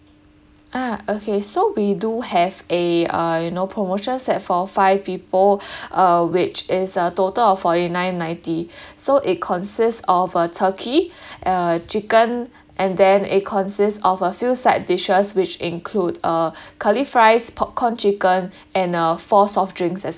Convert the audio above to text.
ah okay so we do have a uh you know promotional set for five people uh which is uh total of forty nine ninety so it consists of a turkey a chicken and then a consists of a few side dishes which include uh curly fries popcorn chicken and uh four soft drinks as